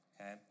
okay